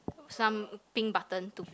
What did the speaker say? some pink button to